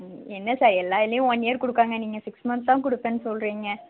ம் என்ன சார் எல்லா இதுலையும் ஒன் இயர் கொடுக்குறாங்க நீங்கள் சிக்ஸ் மந்த்ஸ் தான் கொடுப்பேன்னு சொல்லுறிங்க